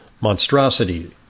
monstrosity